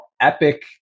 epic